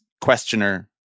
questioner